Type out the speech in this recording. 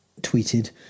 tweeted